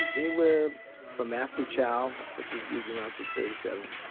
anywhere from after chow, which is usually around six thirty, seven,